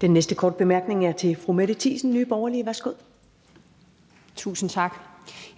Den næste korte bemærkning er til fru Mette Thiesen, Nye Borgerlige. Værsgo. Kl. 10:25 Mette Thiesen (NB): Tusind tak.